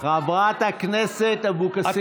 חברת הכנסת אבקסיס, תודה.